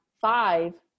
five